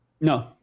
No